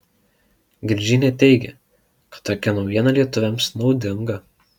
girdžienė teigia kad tokia naujiena lietuviams naudinga